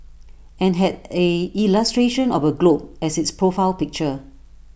and had A illustration of A globe as its profile picture